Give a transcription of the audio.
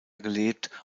gelebt